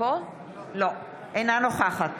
אינה נוכחת